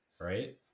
right